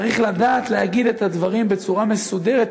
צריך לדעת להגיד את הדברים בצורה מסודרת,